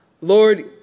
Lord